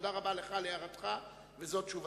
תודה רבה לך על הערתך, וזו תשובתי.